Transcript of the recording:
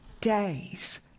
days